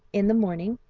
in the morning,